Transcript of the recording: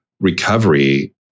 recovery